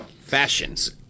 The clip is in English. Fashions